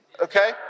Okay